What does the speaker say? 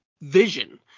vision